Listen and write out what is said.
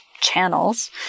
channels